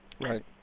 Right